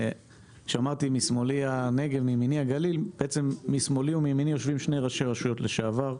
משמאלי ומימיני יושבים שני ראשי רשויות לשעבר.